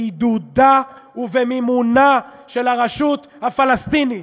בעידודה ובמימונה של הרשות הפלסטינית,